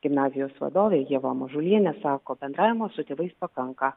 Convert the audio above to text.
gimnazijos vadovė ieva mažulienė sako bendravimo su tėvais pakanka